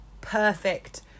perfect